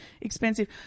expensive